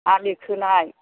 आलि खोनाय